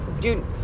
dude